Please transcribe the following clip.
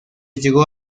llegó